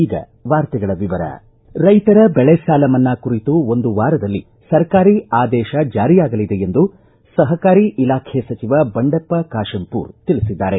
ಈಗ ವಾರ್ತೆಗಳ ವಿವರ ರೈತರ ಬೆಳೆ ಸಾಲ ಮನ್ನಾ ಕುರಿತು ಒಂದು ವಾರದಲ್ಲಿ ಸರ್ಕಾರಿ ಆದೇಶ ಜಾರಿಯಾಗಲಿದೆ ಎಂದು ಸಹಕಾರಿ ಇಲಾಖೆ ಸಚಿವ ಬಂಡೆಪ್ಪ ಕಾಶಂಪೂರ್ ತಿಳಿಸಿದ್ದಾರೆ